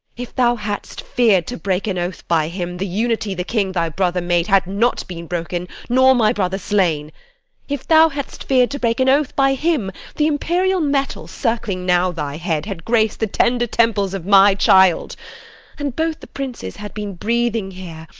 if thou hadst fear'd to break an oath by him, the unity the king thy brother made had not been broken, nor my brother slain if thou hadst fear'd to break an oath by him, the imperial metal, circling now thy head, had grac'd the tender temples of my child and both the princes had been breathing here,